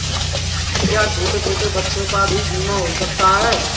क्या छोटे छोटे बच्चों का भी बीमा हो सकता है?